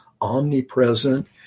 omnipresent